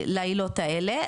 לעילות האלה?